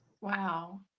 wow